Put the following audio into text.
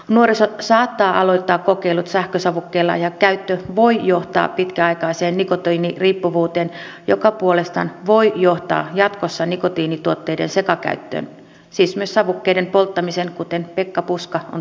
nuoriso saattaa aloittaa kokeilut sähkösavukkeilla ja käyttö voi johtaa pitkäaikaiseen nikotiiniriippuvuuteen joka puolestaan voi johtaa jatkossa nikotiinituotteiden sekakäyttöön siis myös savukkeiden polttamiseen kuten pekka puska on todennut